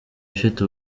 ifite